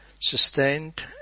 Sustained